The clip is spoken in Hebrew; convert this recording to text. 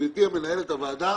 גברתי מנהלת הוועדה,